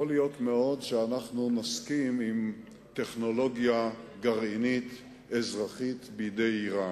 יכול מאוד להיות שאנחנו נסכים עם טכנולוגיה גרעינית אזרחית בידי אירן.